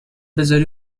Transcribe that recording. بزاری